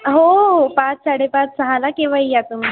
हो हो हो पाच साडेपाच सहाला केव्हाही या तुम्ही